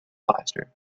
plaster